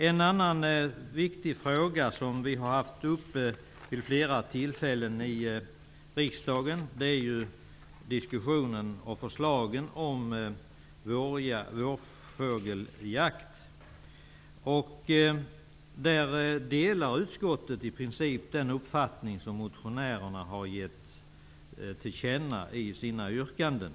En annan viktig fråga som vi har tagit upp vid flera tillfällen i riksdagen gäller diskussionen och förslagen om vårfågeljakten. I princip delar utskottet den uppfattning som motionärerna har gett till känna i sina yrkanden.